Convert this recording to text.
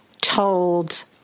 told